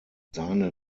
seine